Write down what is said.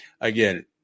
again